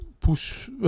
push